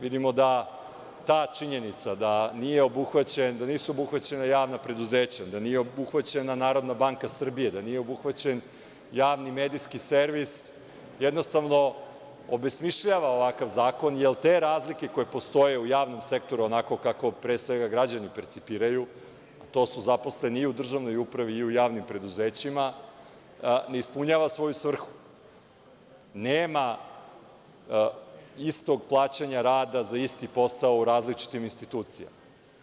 Vidimo da ta činjenica da nisu obuhvaćana javna preduzeća, da nije obuhvaćena NBS, da nije obuhvaćen Javni medijski servis, jednostavno obesmišljava ovakav zakon, jer te razlike koje postoje u javnom sektoru onako kako pre svega građani percipiraju, to su zaposleni i u državnoj upravi i u javnim preduzećima, ne ispunjava svoju svrhu, nema istog plaćana rada za isti posao u različitim institucijama.